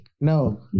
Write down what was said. no